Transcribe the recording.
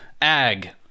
ag